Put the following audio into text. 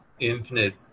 infinite